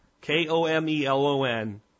K-O-M-E-L-O-N